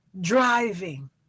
driving